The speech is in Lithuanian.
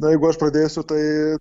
na jeigu aš pradėsiu tai